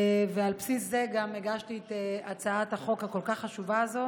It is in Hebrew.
על בסיס זה הגשתי את הצעת החוק החשובה כל כך הזו.